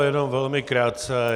Jenom velmi krátce.